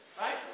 right